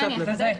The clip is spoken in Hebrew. אז אולי אני אחדד.